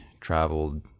traveled